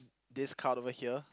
this card over here